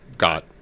got